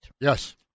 Yes